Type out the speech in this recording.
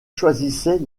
choisissait